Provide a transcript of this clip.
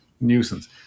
nuisance